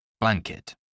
Blanket